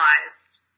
realized